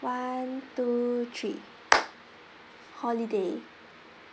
one two three holiday